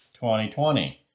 2020